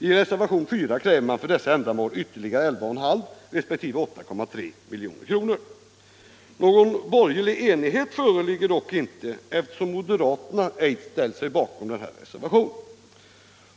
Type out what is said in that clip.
I reservationen 4 kräver man för dessa ändamål ytterligare 11,5 resp. 8,3 milj.kr. Någon borgerlig enighet föreligger dock inte, eftersom moderaterna inte har ställt sig bakom den reservationen.